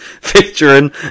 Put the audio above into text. featuring